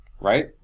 right